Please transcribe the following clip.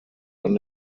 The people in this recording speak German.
wann